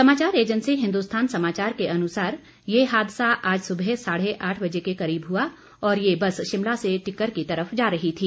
समाचार एजेंसी हिन्दुस्थान समाचार के अनुसार यह हादसा आज सुबह साढे आठ बजे के करीब हुआ और यह बस शिमला से टिक्कर की तरफ जा रही थी